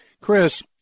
Chris